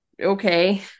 okay